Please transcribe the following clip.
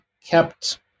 kept